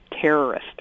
terrorist